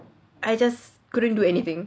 I just couldn't do anything